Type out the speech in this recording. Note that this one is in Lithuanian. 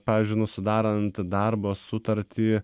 pavyzdžiui nu sudarant darbo sutartį